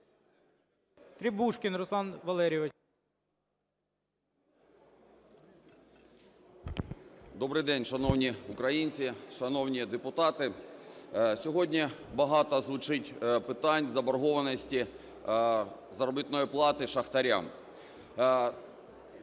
Добрий день, шановні українці, шановні депутати! Сьогодні багато звучить питань заборгованості заробітної плати шахтарям.